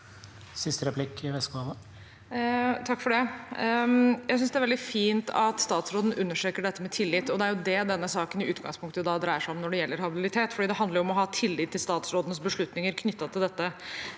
Westgaard-Halle (H) Jeg synes det er veldig fint at statsråden understreker dette med tillit, og det er jo det denne saken i utgangspunktet dreier seg om når det gjelder habilitet, for det handler om å ha tillit til statsrådens beslutninger knyttet til dette.